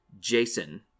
Jason